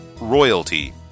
Royalty